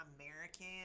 American